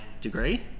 degree